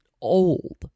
old